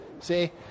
See